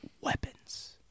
weapons